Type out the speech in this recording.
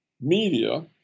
media